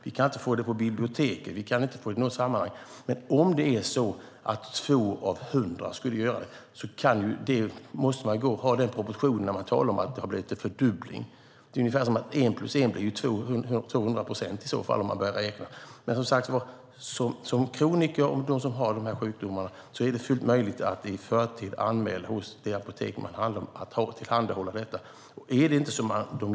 Vi kan inte få alla böcker vi vill ha på biblioteket. Vi kan inte få allt vi vill ha i något sammanhang. Vi talar om 2 av 100. Man måste se det i rätt proportioner när man talar om en fördubbling. Att ett plus ett är två blir ju 200 procent i så fall. För kroniker med olika sjukdomar är det fullt möjligt att i förtid anmäla hos sitt apotek att det ska tillhandahålla dessa mediciner.